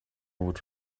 would